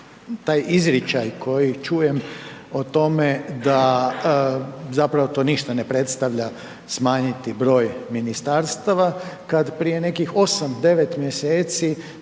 taj izričaj koji čujem o tome da zapravo to ništa ne predstavlja smanjiti broj ministarstava kad prije nekih osam,